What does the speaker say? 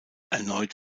erneut